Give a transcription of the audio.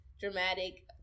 dramatic